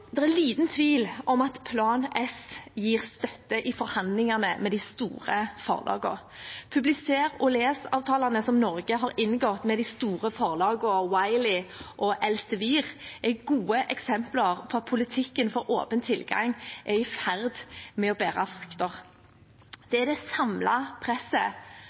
liten tvil om at Plan S gir støtte i forhandlingene med de store forlagene. Publiser og les-avtalene som Norge har inngått med de store forlagene Wiley og Elsevier, er gode eksempler på at politikken for åpen tilgang er i ferd med å bære frukter. Det er det samlede presset